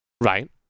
Right